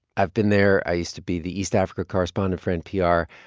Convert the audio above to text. i've been there. i used to be the east africa correspondent for npr.